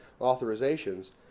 authorizations